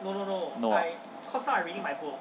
no ah